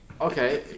Okay